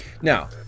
Now